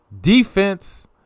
Defense